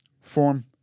form